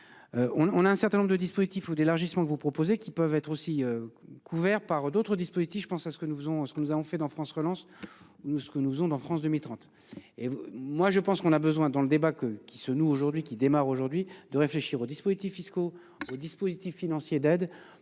on a un certain nombre de dispositifs ou d'élargissement que vous proposez qui peuvent être aussi. Couvert par d'autres dispositifs, je pense à ce que nous faisons ce que nous avons fait dans France relance. Nous ce que nous faisons dans France 2030 et vous. Moi je pense qu'on a besoin dans le débat que qui se noue aujourd'hui qui démarre aujourd'hui de réfléchir aux dispositifs fiscaux au dispositif financier d'aide